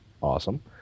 awesome